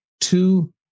Two